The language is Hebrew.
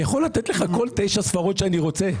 אני יכול לתת לך כל תשע ספרות שאני רוצה.